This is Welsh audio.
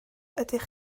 ydych